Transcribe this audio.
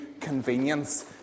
convenience